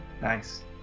Nice